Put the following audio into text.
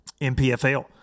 MPFL